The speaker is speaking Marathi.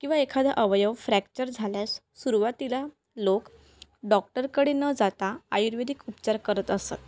किंवा एखादा अवयव फ्रॅक्चर झाल्यास सुरवातीला लोक डॉक्टरकडे न जाता आयुर्वेदिक उपचार करत असत